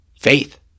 faith